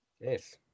Yes